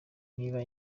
niba